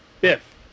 Biff